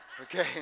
Okay